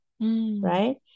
right